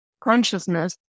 consciousness